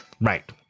Right